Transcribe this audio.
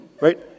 Right